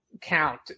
count